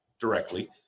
directly